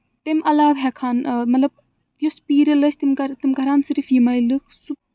تَمہِ علاوٕ ہٮ۪کہٕ ہن مطلب یُس پیٖرِل ٲسۍ تِم کرٕہن صرِف یِمَے لُکھ سُہ